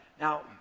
Now